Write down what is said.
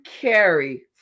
carry